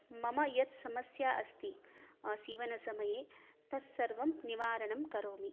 मम या समस्या अस्ति सीवनसमये तत्सर्वं निवारणं करोमि